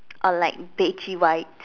or like beige white